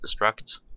destruct